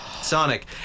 Sonic